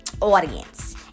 audience